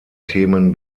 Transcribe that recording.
themen